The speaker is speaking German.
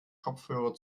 kopfhörer